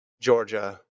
georgia